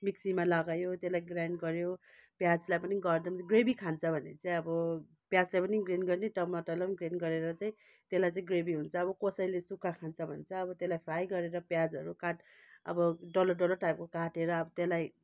मिक्सीमा लगायो त्यसलाई ग्राइन्ड गर्यो प्याजलाई पनि गर्दा ग्रेभी खान्छ भने चाहिँ अब प्याजलाई पनि ग्राइन्ड गर्ने टमाटरलाई पनि ग्राइन्ड गरेर चाहिँ त्यसलाई चाहिँ ग्रेभी हुन्छ अब कसैले सुक्खा खान्छ भने चाहिँ अब त्यसलाई फ्राई गरेर प्याजहरू काट् अब डल्लो डल्लो टाइपको काटेर अब त्यसलाई